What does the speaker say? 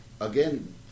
again